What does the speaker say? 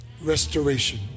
restoration